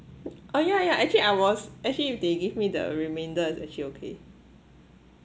uh yeah yeah actually I was actually if they give me the remainder it's actually okay